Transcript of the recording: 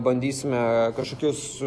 bandysime kažkokius